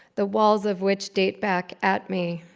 the walls of which date back at me.